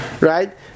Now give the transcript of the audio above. right